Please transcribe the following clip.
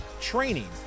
training